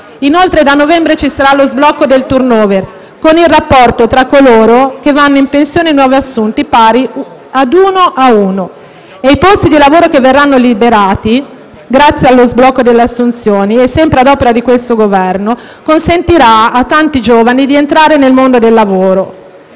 Inoltre, da novembre ci sarà lo sblocco del *turnover*, con il rapporto tra coloro che vanno in pensione e i nuovi assunti pari a uno a uno, e i posti di lavoro che verranno liberati grazie allo sblocco delle assunzioni - sempre ad opera di questo Governo - consentiranno a tanti giovani di entrare nel mondo del lavoro.